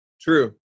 True